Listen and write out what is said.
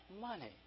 money